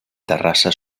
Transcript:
terrassa